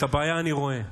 את הבעיה אני רואה,